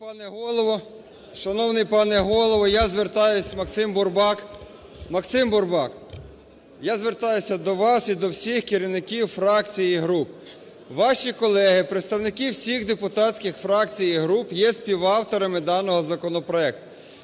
Максим Бурбак… Максим Бурбак, я звертаюся до вас і до всіх керівників фракцій і група. Ваші колеги, представники всіх депутатських фракцій і груп є співавторами даного законопроекту.